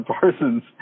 Parsons